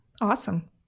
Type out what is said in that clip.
Awesome